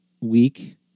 week